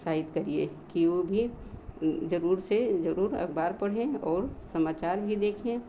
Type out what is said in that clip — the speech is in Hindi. उत्साहित करिए कि वह भी ज़रूर से ज़रूर अखबार पढ़े और समाचार भी देखें